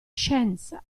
scienza